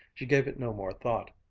she gave it no more thought,